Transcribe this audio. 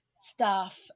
staff